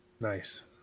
Nice